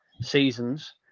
seasons